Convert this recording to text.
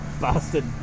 bastard